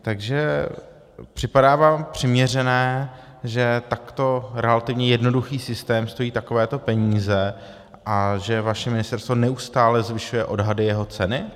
Takže připadá vám přiměřené, že takto relativně jednoduchý systém stojí takovéto peníze a že vaše ministerstvo neustále zvyšuje odhady jeho ceny?